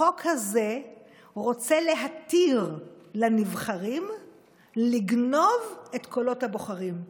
החוק הזה רוצה להתיר לנבחרים לגנוב את קולות הבוחרים.